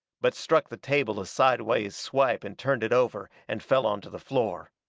but struck the table a sideways swipe and turned it over, and fell onto the floor.